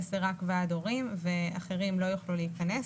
זה רק ועד הורים ואחרים לא יוכלו להיכנס,